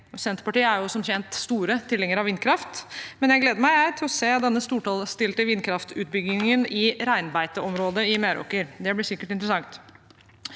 Senterpartiet er som kjent store tilhengere av vindkraft. Jeg gleder meg til å se den storstilte vindkraftutbyggingen i reinbeiteområdet i Meråker. Det blir sikkert interessant.